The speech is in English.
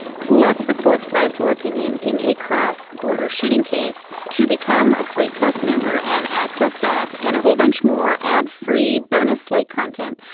plus, the court's five four opinion in a cross border shooting case to become a slate plus member and access that and a whole bunch more ad free bonus slate content.